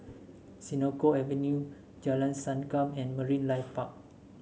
Senoko Avenue Jalan Sankam and Marine Life Park